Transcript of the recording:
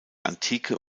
antike